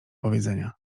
powiedzenia